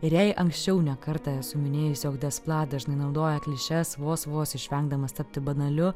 ir jei anksčiau ne kartą esu minėjusi jog despla dažnai naudoja klišes vos vos išvengdamas tapti banaliu